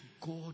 God